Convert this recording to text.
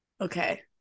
okay